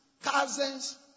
Cousins